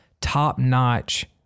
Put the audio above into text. top-notch